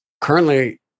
Currently